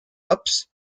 laps